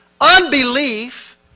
unbelief